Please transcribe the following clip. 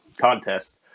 contest